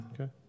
Okay